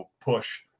push